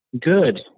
Good